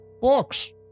books